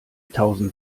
tausend